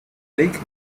blake